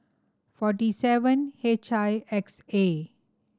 forty seven H I X A